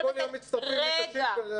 כל יום מצטרפים קשים.